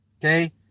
okay